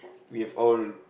we have all